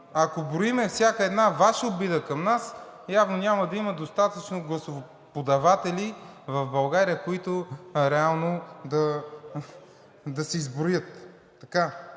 Ако броим всяка една Ваша обида към нас, явно няма да има достатъчно гласоподаватели в България, които реално да се изброят.